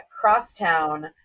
Crosstown